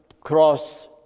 cross